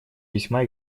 весьма